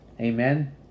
Amen